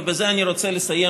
ובזה אני רוצה לסיים,